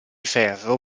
ferro